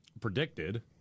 predicted